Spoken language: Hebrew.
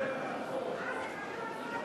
הצעת ועדת הכנסת